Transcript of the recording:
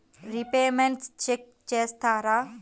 Repayments check చేస్తారా?